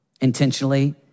intentionally